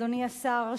אדוני השר,